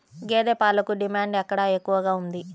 గేదె పాలకు డిమాండ్ ఎక్కడ ఎక్కువగా ఉంది?